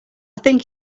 think